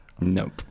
nope